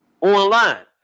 online